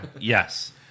yes